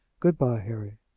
good-by, harry.